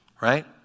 Right